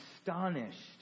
astonished